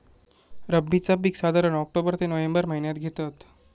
रब्बीचा पीक साधारण ऑक्टोबर ते नोव्हेंबर महिन्यात घेतत